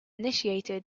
initiated